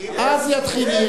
אז יתחיל,